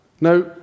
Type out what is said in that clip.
Now